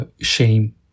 shame